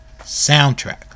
soundtrack